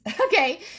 okay